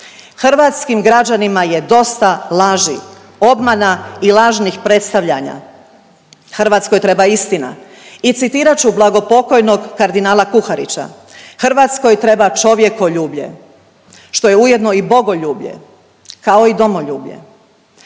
Hrvatskim građanima je dosta laži, obmana i lažnih predstavljanja. Hrvatskoj treba istina. I citirat ću blagopokojnog kardinala Kuharića. Hrvatskoj treba čovjekoljublje što je ujedno i bogoljublje kao i domoljublje.